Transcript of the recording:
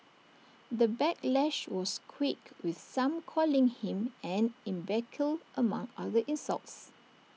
the backlash was quick with some calling him an imbecile among other insults